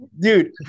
Dude